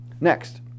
Next